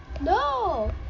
No